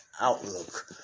outlook